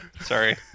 Sorry